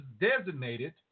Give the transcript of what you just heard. designated